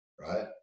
right